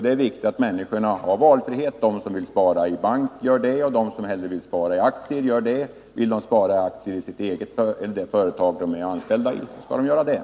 Det är väsentligt att människorna har valfrihet, att de som vill spara i bank stimuleras till detta, att de som vill spara i aktiefonder stimuleras och att även de som vill spara i aktier i det företag de är anställda i uppmuntras.